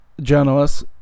journalists